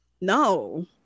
No